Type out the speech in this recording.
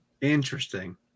Interesting